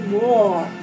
more